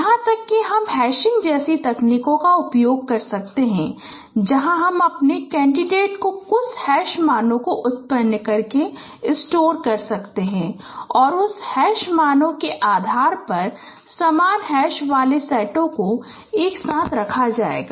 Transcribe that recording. यहां तक कि हम हैशिंग जैसी तकनीकों का उपयोग कर सकते हैं जहां हम अपने कैंडिडेट को कुछ हैश मानों को उत्पन्न करके स्टोर कर सकते हैं और उस हैश मानों के आधार पर समान हैश मानों वाले सेटों को एक साथ रखा जाएगा